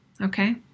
Okay